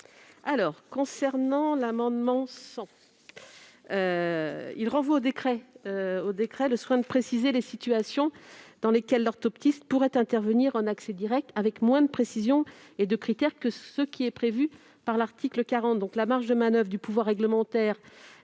la commission ? L'amendement n° 100 rectifié renvoie au décret le soin de préciser les situations dans lesquelles l'orthoptiste pourrait intervenir en accès direct avec moins de précisions et de critères que ce qui est prévu par l'article 40. La marge de manoeuvre du pouvoir réglementaire